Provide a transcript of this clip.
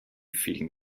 vielen